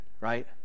right